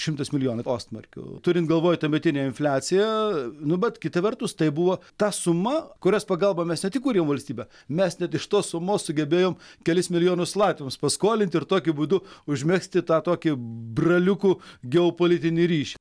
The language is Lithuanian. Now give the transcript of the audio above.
šimtas milijonų ostmarkių turint galvoj tuometinę infliaciją nu bet kita vertus tai buvo ta suma kurios pagalba mes ne tik kūrėm valstybę mes net iš tos sumos sugebėjom kelis milijonus latviams paskolint ir tokiu būdu užmegzti tą tokį braliukų geopolitinį ryšį